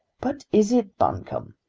but is it buncombe?